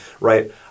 right